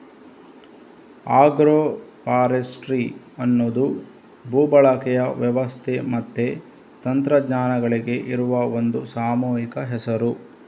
agro forestry ಅನ್ನುದು ಭೂ ಬಳಕೆಯ ವ್ಯವಸ್ಥೆ ಮತ್ತೆ ತಂತ್ರಜ್ಞಾನಗಳಿಗೆ ಇರುವ ಒಂದು ಸಾಮೂಹಿಕ ಹೆಸರು